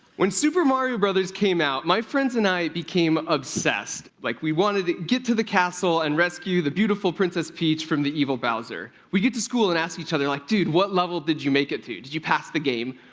when super mario bros. came out, my friends and i became obsessed like, we wanted to get to the castle and rescue the beautiful princess peach from the evil bowser. we'd get to school and ask each other, like dude, what level did you make it to? did you pass the game?